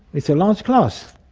it's a large class.